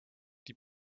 die